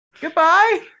Goodbye